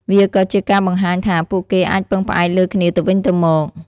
វាក៏ជាការបង្ហាញថា ពួកគេអាចពឹងផ្អែកលើគ្នាទៅវិញទៅមក។